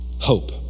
hope